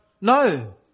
no